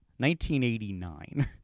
1989